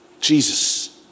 Jesus